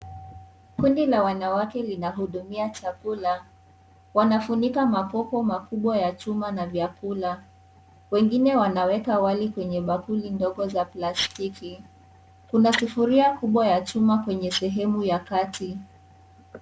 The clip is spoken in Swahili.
Kundi la wanawake linahudumia chakula. Wanafunika makopo makubwa ya chuma na vyakula. Wengine wanaweka wali kwenye bakuli ndogo za plastiki. Kuna sufuria kubwa ya chuma kwenye sehemu ya kati.